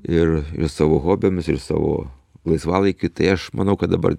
ir savo hobiams ir savo laisvalaikiui tai aš manau kad dabar